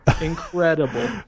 incredible